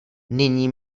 nyní